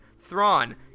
Thrawn